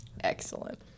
Excellent